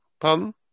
Pum